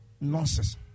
nonsense